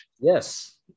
Yes